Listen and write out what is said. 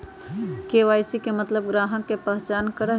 KYC के मतलब ग्राहक का पहचान करहई?